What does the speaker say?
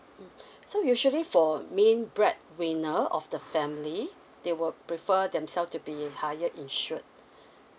so usually for main breadwinner of the family they will prefer themselves to be higher insured